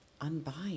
unbind